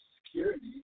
Security